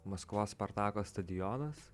maskvos spartako stadionas